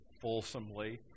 fulsomely